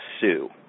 sue